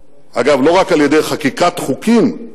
אגב, לא רק על-ידי חקיקת חוקים,